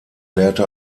lehrte